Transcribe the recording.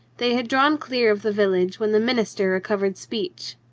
they had drawn clear of the village when the minister recovered speech.